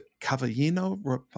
Cavallino